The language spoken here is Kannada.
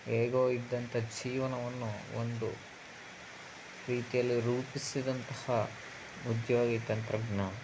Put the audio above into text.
ಹೇಗೋ ಇದ್ದಂಥ ಜೀವನವನ್ನು ಒಂದು ರೀತಿಯಲ್ಲಿ ರೂಪಿಸಿದಂತಹ ಉದ್ಯೋಗ ಈ ತಂತ್ರಜ್ಞಾನ